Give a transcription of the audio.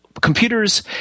computers